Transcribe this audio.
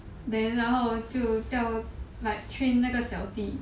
then 然后就叫 like train 那个小弟